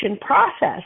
process